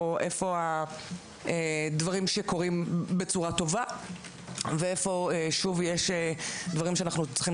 ואיפה הדברים שקורים בצורה טובה ואיפה יש דברים שאנחנו צריכים